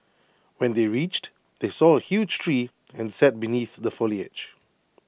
when they reached they saw A huge tree and sat beneath the foliage